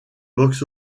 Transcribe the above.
box